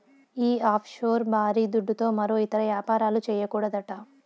ఈ ఆఫ్షోర్ బారీ దుడ్డుతో మరో ఇతర యాపారాలు, చేయకూడదట